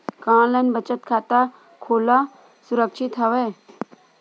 का ऑनलाइन बचत खाता खोला सुरक्षित हवय?